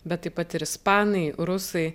bet taip pat ir ispanai rusai